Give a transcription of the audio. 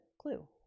Clue